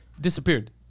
disappeared